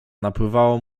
napływało